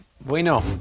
bueno